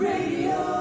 Radio